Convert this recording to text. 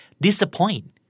Disappoint